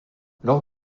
lors